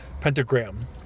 Pentagram